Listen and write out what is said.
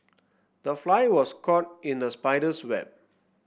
the fly was caught in the spider's web